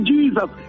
Jesus